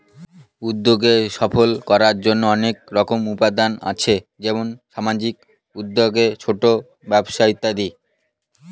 উদ্যক্তাকে সফল করার জন্য অনেক রকম উপায় আছে যেমন সামাজিক উদ্যোক্তা, ছোট ব্যবসা ইত্যাদি